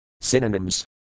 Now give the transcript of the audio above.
Synonyms